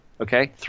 Okay